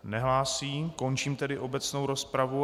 Nehlásí, končím tedy obecnou rozpravu.